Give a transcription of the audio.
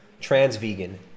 Trans-vegan